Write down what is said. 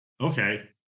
okay